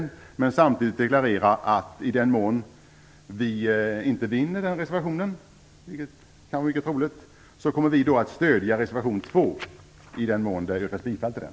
Jag vill samtidigt deklarera att vi, i den mån vi inte får gehör för denna reservation - det är mycket troligt - kommer att stödja reservation 2 om det yrkas bifall till den.